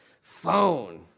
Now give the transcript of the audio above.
phone